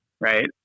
right